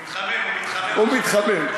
הוא מתחמם, הוא מתחמם.